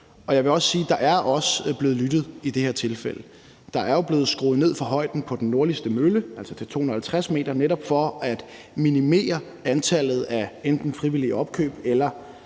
Jeg vil sige, at der også er blevet lyttet i det her tilfælde. Der er jo blevet skruet ned for højden på den nordligste mølle, altså til 250 m, netop for at minimere antallet af enten frivillige opkøb eller